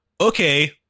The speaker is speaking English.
okay